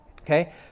Okay